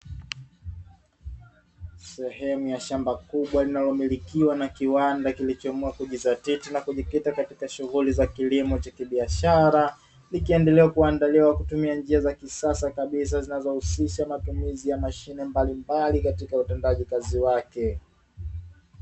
Sehemu ya shamba kubwa linalomilikiwa na kiwanda kilichoamua kujizatiti na kujikita katika shughuli za kilimo cha kibiashara, kikiendelea kuandaliwa kutumia kabisa zinazohusisha matumizi ya mashine mbalimbali katika utendaji kazi wake.